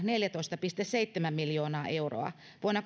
neljätoista pilkku seitsemän miljoonaa euroa vuonna